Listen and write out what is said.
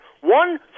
one